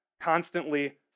constantly